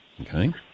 Okay